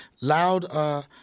loud